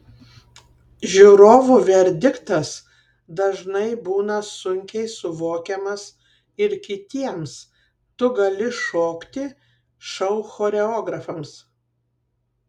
žiūrovų verdiktas dažnai būna sunkiai suvokiamas ir kitiems tu gali šokti šou choreografams